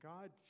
God